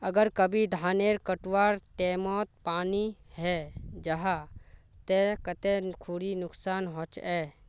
अगर कभी धानेर कटवार टैमोत पानी है जहा ते कते खुरी नुकसान होचए?